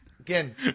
Again